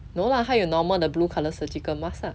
no lah 他有 normal 的 blue colour surgical mask lah